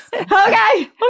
Okay